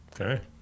Okay